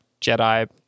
Jedi